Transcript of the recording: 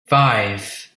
five